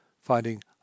finding